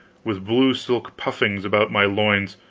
with blue silk puffings about my loins,